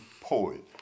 poet